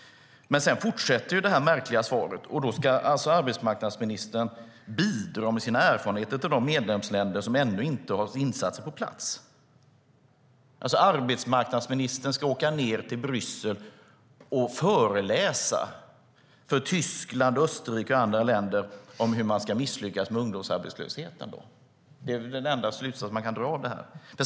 Sedan fortsätter det märkliga svaret. Arbetsmarknadsministern ska bidra med sina erfarenheter till de medlemsländer som ännu inte har gjort några insatser. Arbetsmarknadsministern ska alltså åka ned till Bryssel och föreläsa för Tyskland, Österrike och andra länder om hur man misslyckas med ungdomsarbetslösheten. Det är väl den enda slutsats som man kan dra.